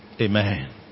Amen